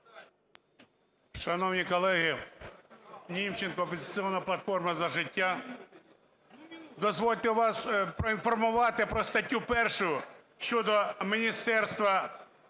Шановні колеги! Німченко "Опозиційна платформа – За життя". Дозвольте вас проінформувати про статтю 1 щодо Міністерства